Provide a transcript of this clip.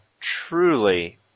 truly